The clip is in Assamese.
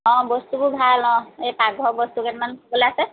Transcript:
অ বস্তুবোৰ ভাল অ এই পাকঘৰৰ বস্তু কেইটামান ল'বলৈ আছে